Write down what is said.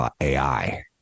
AI